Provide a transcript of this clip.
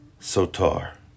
Sotar